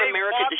America